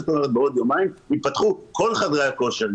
זאת אומרת בעוד יומיים ייפתחו כל חדרי הכושר,